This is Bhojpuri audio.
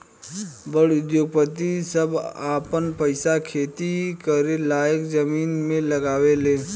बड़ उद्योगपति सभ आपन पईसा खेती करे लायक जमीन मे लगावे ले